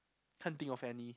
can't think of any